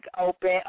open